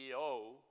CEO